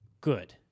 good